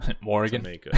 Morgan